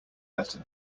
better